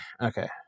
Okay